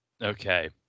Okay